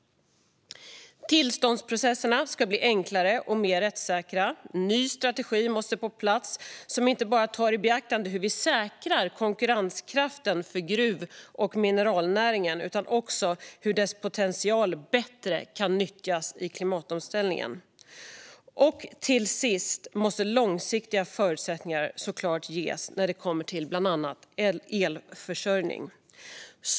Tillståndsprocesserna ska bli enklare och mer rättssäkra, och en ny strategi måste på plats som tar i beaktande inte bara hur vi säkrar konkurrenskraften för gruv och mineralnäringen utan också hur dess potential kan nyttjas bättre i klimatomställningen. Till sist måste såklart långsiktiga förutsättningar ges när det kommer till bland annat elförsörjning.